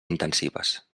intensives